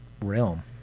realm